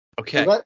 Okay